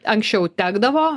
anksčiau tekdavo